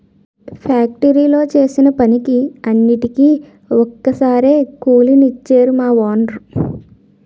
ఫ్యాక్టరీలో చేసిన పనికి అన్నిటికీ ఒక్కసారే కూలి నిచ్చేరు మా వోనరు